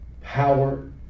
power